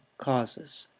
causes.